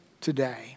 Today